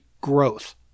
growth